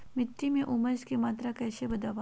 मिट्टी में ऊमस की मात्रा कैसे बदाबे?